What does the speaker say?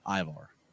Ivar